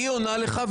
היא עונה לך.